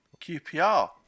QPR